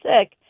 sick